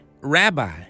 Rabbi